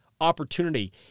Opportunity